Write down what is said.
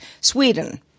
Sweden